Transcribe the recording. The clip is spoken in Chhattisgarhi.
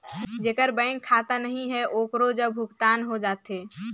जेकर बैंक खाता नहीं है ओकरो जग भुगतान हो जाथे?